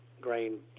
grain